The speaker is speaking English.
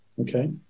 Okay